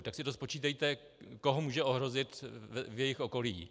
Tak si spočítejte, koho může ohrozit v jejich okolí.